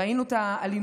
ראינו את האלימות,